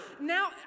Now